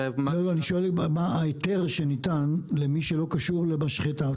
אני שואל מה ההיתר שניתן למי שלא קשור למשחטה.